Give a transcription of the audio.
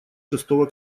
шестого